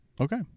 okay